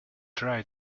try